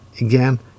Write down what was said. again